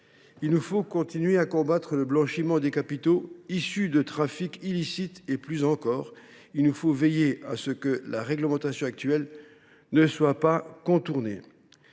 Il nous faut continuer à combattre le blanchiment des capitaux issus de trafics illicites et, plus encore, veiller à ce que la réglementation actuelle ne soit pas contournée.